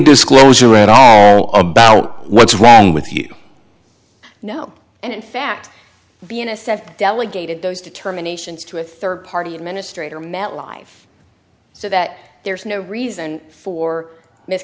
disclosure at all about what's wrong with you know and in fact be an assessor delegated those determinations to a third party administrator metlife so that there's no reason for